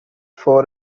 for